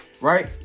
right